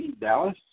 Dallas